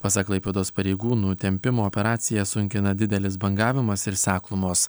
pasak klaipėdos pareigūnų tempimo operaciją sunkina didelis bangavimas ir seklumos